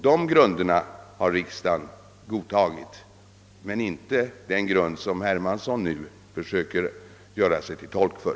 De grunderna har riksdagen godtagit men inte den grund som herr Hermansson nu försöker göra sig till tolk för.